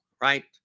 right